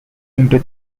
into